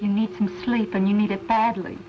you need some sleep and you need it badly